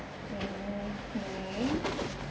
mmhmm